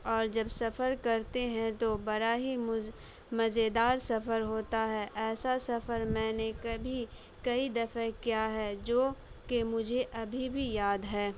اور جب سفر کرتے ہیں تو بڑا ہی مزیدار سفر ہوتا ہے ایسا سفر میں نے کبھی کئی دفعہ کیا ہے جو کہ مجھے ابھی بھی یاد ہے